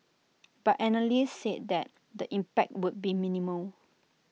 but analysts said that the impact would be minimal